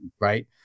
right